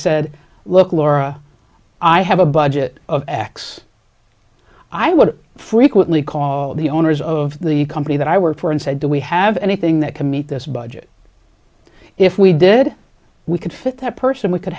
said look laura i have a budget of x i would frequently call the owners of the company that i work for and said do we have anything that can meet this budget if we did we could fit that person we could